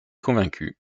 convaincu